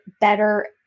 better